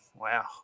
Wow